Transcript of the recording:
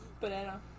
Banana